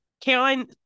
Caroline